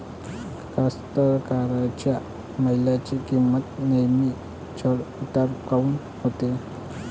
कास्तकाराइच्या मालाची किंमत नेहमी चढ उतार काऊन होते?